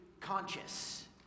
conscious